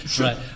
right